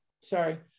sorry